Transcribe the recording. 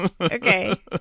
Okay